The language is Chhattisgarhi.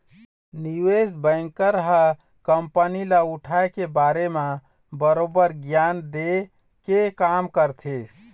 निवेस बेंकर ह कंपनी ल उठाय के बारे म बरोबर गियान देय के काम करथे